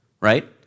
Right